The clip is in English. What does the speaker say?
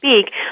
speak